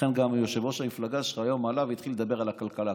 ולכן יושב-ראש המפלגה שלך היום עלה והתחיל לדבר על הכלכלה.